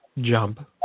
jump